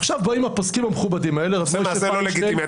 עכשיו באים הפוסקים המכובדים האלה --- זה מעשה לא לגיטימי.